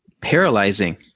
paralyzing